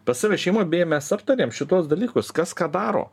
pas save šeimoj beje mes aptarėm šituos dalykus kas ką daro